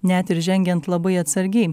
net ir žengiant labai atsargiai